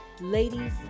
ladies